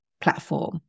platform